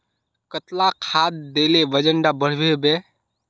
कतला खाद देले वजन डा बढ़बे बे?